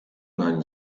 nań